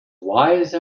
wise